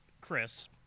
Chris